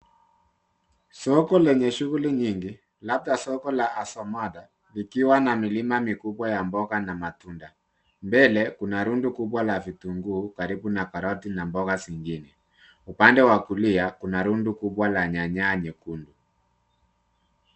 Soko lenye shughuli nyingi, labda soko la asomada likiwa na milima mikubwa ya mboga na matunda. Mbele, kuna rundo kubwa la vitunguu karibu na karoti na mboga zingine. Upande wa kulia, kuna rundo kubwa la nyanya nyekundu.